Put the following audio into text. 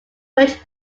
merged